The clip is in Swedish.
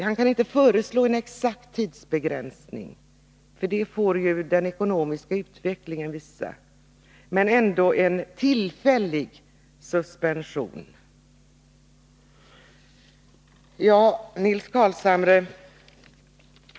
Han kan inte föreslå en exakt tidsbegränsning, för det får den ekonomiska utvecklingen visa, men att det ändå bara är en tillfällig suspension.